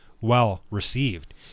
well-received